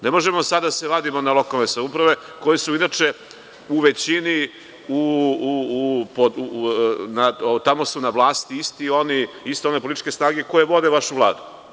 Ne možemo sada da se vadimo na lokalne samouprave koje su inače u većini, tamo su na vlasti iste one političke snage koje vode vašu Vladu.